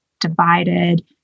divided